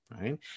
right